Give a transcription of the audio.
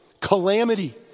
calamity